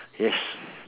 yes